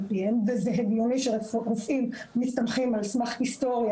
פיהם וזה הגיוני שרופאים מסתמכים על סמך היסטוריה,